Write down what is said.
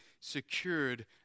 secured